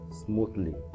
smoothly